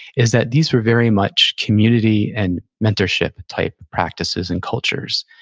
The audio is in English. is that these were very much community and mentorship-type practices and cultures,